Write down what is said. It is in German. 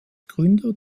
gründer